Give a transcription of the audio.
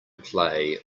play